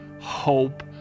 hope